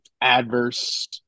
adverse